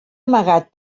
amagat